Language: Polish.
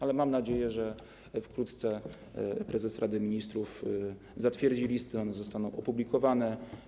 Ale mam nadzieję, że wkrótce prezes Rady Ministrów zatwierdzi listy, one zostaną opublikowane.